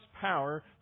power